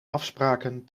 afspraken